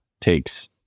takes